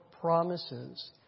promises